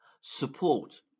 support